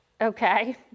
Okay